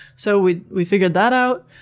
so, we we figured that out.